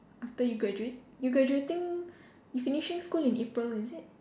after you graduate you graduating you finishing school in April is it